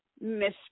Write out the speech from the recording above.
Miss